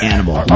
Animal